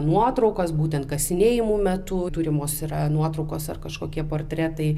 nuotraukos būtent kasinėjimų metu turimos yra nuotraukos ar kažkokie portretai